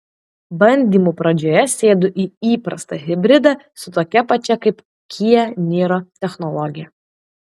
bandymų pradžioje sėdu į įprastą hibridą su tokia pačia kaip kia niro technologija